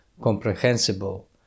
comprehensible